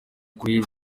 kuri